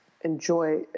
enjoy